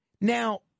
Now